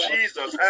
Jesus